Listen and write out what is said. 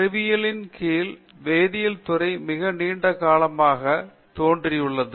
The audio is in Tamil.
அறிவியலின் கீழ் வேதியல் துறை மிக நீண்ட காலமாக வேரூன்றியுள்ளது